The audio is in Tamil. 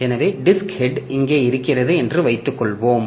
எனவேடிஸ்க் ஹெட் இங்கே இருக்கிறது என்று வைத்துக்கொள்வோம்